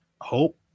hope